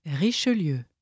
Richelieu